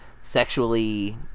sexually